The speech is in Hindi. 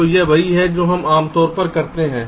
तो यह वही है जो हम आम तौर पर करते हैं